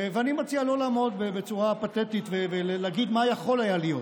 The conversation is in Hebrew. ואני מציע לא לעמוד בצורה פתטית ולהגיד מה יכול היה להיות.